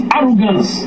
arrogance